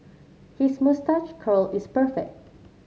his moustache curl is perfect